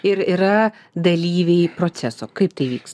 ir yra dalyviai proceso kaip tai įvyks